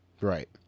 right